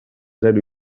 zero